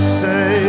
say